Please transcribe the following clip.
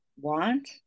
want